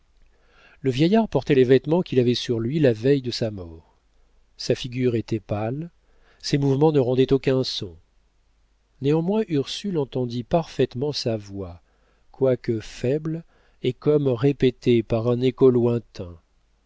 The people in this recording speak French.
le vieillard portait les vêtements qu'il avait sur lui la veille de sa mort sa figure était pâle ses mouvements ne rendaient aucun son néanmoins ursule entendit parfaitement sa voix quoique faible et comme répétée par un écho lointain